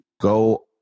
go